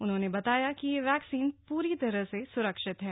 उन्होंने बताया कि यह वैक्सीन प्री तरह से स्रक्षित है